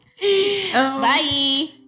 Bye